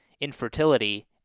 infertility